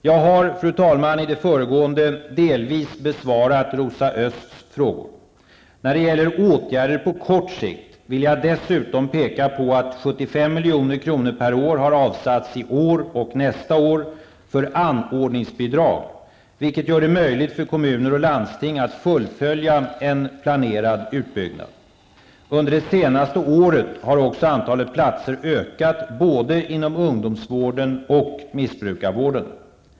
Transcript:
Jag har, fru talman, i det föregående delvis besvarat Rosa Ösths frågor. När det gäller åtgärder på kort sikt vill jag dessutom peka på att 75 milj.kr. per år har avsatts i år och nästa år för anordningsbidrag, vilket gör det möjligt för kommuner och landsting att fullfölja en planerad utbyggnad. Under det senaste året har också antalet platser ökat både inom ungdomsvården och missbrukarvården.